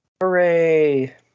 hooray